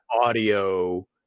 audio